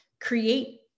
create